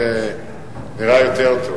זה נראה יותר טוב.